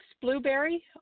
Blueberry